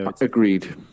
Agreed